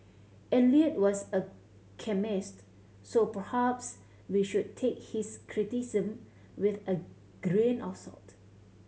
Eliot was a chemist so perhaps we should take his criticism with a grain of salt